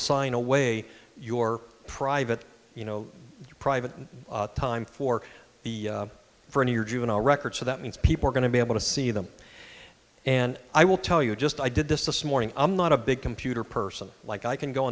sign away your private you know private time for the for in your juvenile record so that means people are going to be able to see them and i will tell you just i did this this morning i'm not a big computer person like i can go